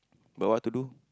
but what to do